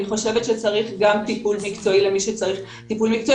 אני חושבת שצריך גם טיפול מקצועי למי שצריך טיפולי צוות.